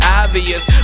obvious